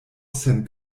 sen